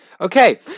Okay